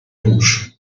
rouge